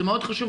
זה מאוד חשוב,